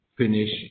finish